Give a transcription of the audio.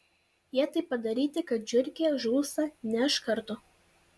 jie taip padaryti kad žiurkė žūsta ne iš karto